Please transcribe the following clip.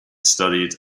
studied